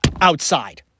outside